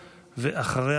ואחריה,